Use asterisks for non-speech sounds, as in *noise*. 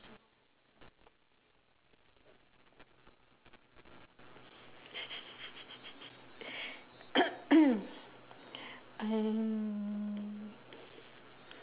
*laughs* *noise* um